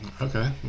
okay